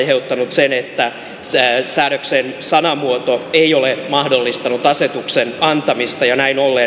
on aiheuttanut sen että säädöksen sanamuoto ei ole mahdollistanut asetuksen antamista näin ollen hallitus on antanut